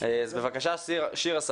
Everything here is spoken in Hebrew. אז בבקשה שירה,